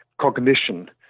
cognition